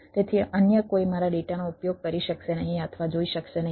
તેથી અન્ય કોઈ મારા ડેટાનો ઉપયોગ કરી શકશે નહીં અથવા જોઈ શકશે નહીં